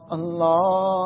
Allah